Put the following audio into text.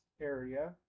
area